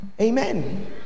amen